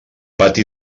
pati